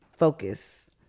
Focus